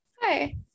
Hi